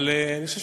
אבל אני חושב,